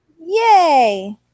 Yay